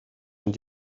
and